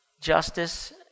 justice